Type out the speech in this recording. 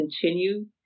continue